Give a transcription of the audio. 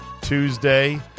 Tuesday